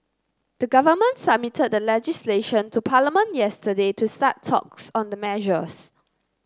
the government submitted the legislation to Parliament yesterday to start talks on the measures